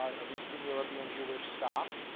of eastern european jewish stock.